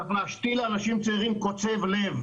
צריך להשתיל לאנשים צעירים קוצב לב,